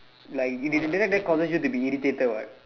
like it didn't that causes you to be irritated what